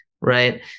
Right